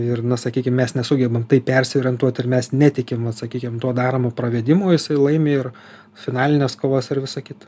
ir na sakykim mes nesugebam persiorientuot ir mes netikim vat sakykim tuo daromu pravedimu jisai laimi ir finalines kovas ar visa kita